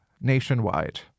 nationwide